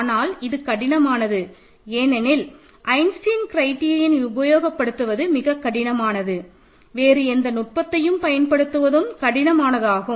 ஆனால் இது கடினமானது ஏனெனில் ஐன்ஸ்டீன் க்ரைடிரியன் உபயோகப்படுத்துவது மிகக் கடினமானது வேறு எந்த நுட்பத்தையும் பயன்படுத்துவதும் கடினமானதாகும்